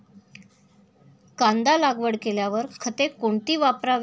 कांदा लागवड केल्यावर खते कोणती वापरावी?